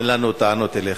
אין לנו טענות אליך.